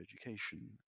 education